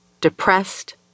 depressed